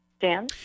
Dan